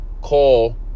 call